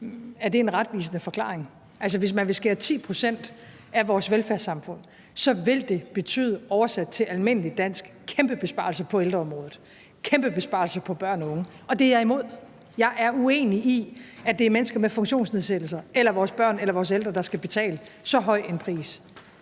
Er det en retvisende forklaring? Altså, hvis man vil skære 10 pct. af vores velfærdssamfund, vil det betyde – oversat til almindeligt dansk – kæmpe besparelser på ældreområdet, kæmpe besparelser på børn og unge, og det er jeg imod. Jeg er uenig i, at det er mennesker med funktionsnedsættelser eller vores børn eller vores ældre, der skal betale så høj en pris